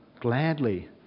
gladly